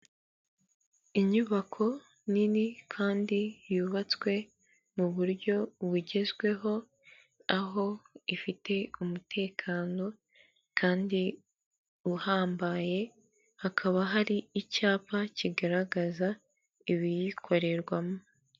Inyubako nini kandi yubatswe mu buryo bugezweho, aho ifite umutekano kandi uhambaye, hakaba hari icyapa kigaragaza ibiyikorerwamo.